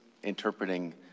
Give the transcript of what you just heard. interpreting